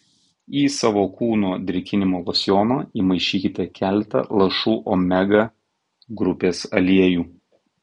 į savo kūno drėkinimo losjoną įmaišykite keletą lašų omega grupės aliejų